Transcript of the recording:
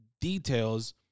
details